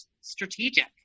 strategic